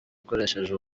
ukoresheje